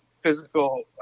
physical